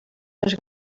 les